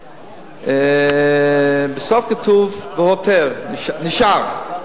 ובסוף כתוב "והותר" נשאר.